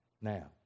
Now